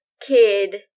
kid